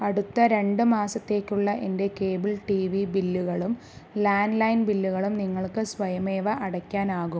അടുത്ത രണ്ട് മാസത്തേക്കുള്ള എൻ്റെ കേബിൾ ടി വി ബില്ലുകളും ലാൻഡ്ലൈൻ ബില്ലുകളും നിങ്ങൾക്ക് സ്വയമേവ അടയ്ക്കാനാകുമോ